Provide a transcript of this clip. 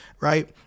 right